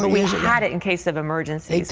we had it in case of emergency.